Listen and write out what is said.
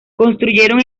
construyeron